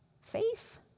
Faith